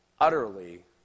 utterly